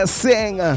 sing